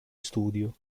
studio